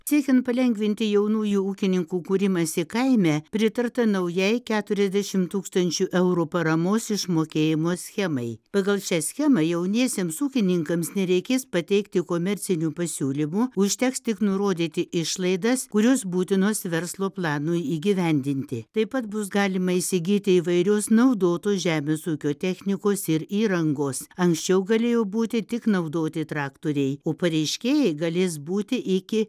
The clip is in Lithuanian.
siekiant palengvinti jaunųjų ūkininkų kūrimąsi kaime pritarta naujai keturiasdešim tūkstančių eurų paramos išmokėjimo schemai pagal šią schemą jauniesiems ūkininkams nereikės pateikti komercinių pasiūlymų užteks tik nurodyti išlaidas kurios būtinos verslo planui įgyvendinti taip pat bus galima įsigyti įvairios naudotos žemės ūkio technikos ir įrangos anksčiau galėjo būti tik naudoti traktoriai o pareiškėjai galės būti iki